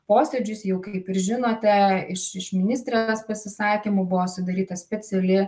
posėdžius jau kaip ir žinote iš iš ministrės pasisakymų buvo sudaryta speciali